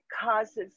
causes